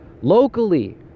locally